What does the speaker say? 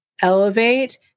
elevate